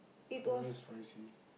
oh that was spicy